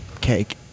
cake